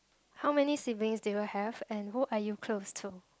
how many siblings do you have and who are you close to